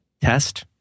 Test